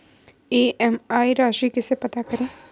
EMI राशि कैसे पता करें?